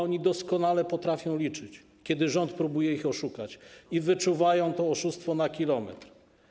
Oni doskonale potrafią liczyć, kiedy rząd próbuje ich oszukać i wyczuwają to oszustwo na kilometr.